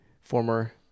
former